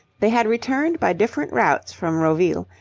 they had returned by different routes from roville,